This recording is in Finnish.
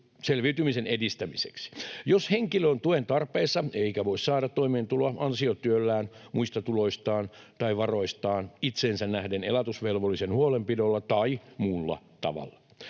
selviytymisen edistämiseksi, jos henkilö on tuen tarpeessa eikä voi saada toimeentuloa ansiotyöllään, muista tuloistaan tai varoistaan, itseensä nähden elatusvelvollisen huolenpidolla tai muulla tavalla.